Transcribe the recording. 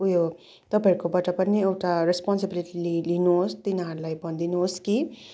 ऊ यो तपाईँहरूकोबाट पनि एउटा रोस्पोन्सिबिलिटी लिनुहोस् तिनीहरूलाई भनिदिनुहोस् कि